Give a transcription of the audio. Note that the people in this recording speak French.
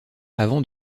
avant